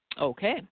Okay